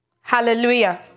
Hallelujah